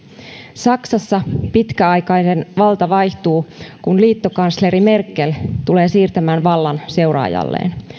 saksassa pitkäaikainen valta vaihtuu kun liittokansleri merkel tulee siirtämään vallan seuraajalleen